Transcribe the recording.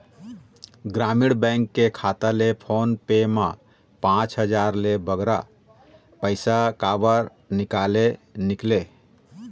ग्रामीण बैंक के खाता ले फोन पे मा पांच हजार ले बगरा पैसा काबर निकाले निकले?